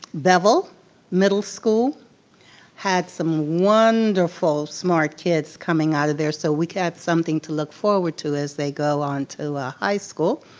bevel middle school had some wonderful smart kids coming out of there so we got something to look forward to as they go on to ah high school.